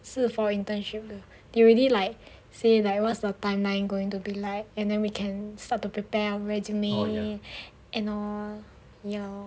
是 for internship 的 they already like say what's the timeline going to be like and then we can start to prepare our resume and all your